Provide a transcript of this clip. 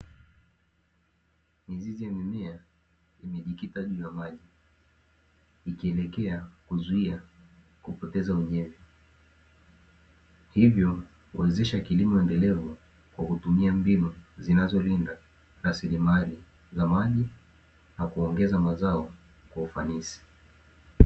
Mizizi ya mimea imejikita juu ya maji, ikielekea kuzuia kupoteza unyevu hivyo huwezesha kilimo endelevu kwa kutumia mbinu zinazolinda rasilimali za maji na kuongeza mazao kwa ufanisi.